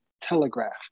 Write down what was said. telegraph